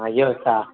అయ్యో సా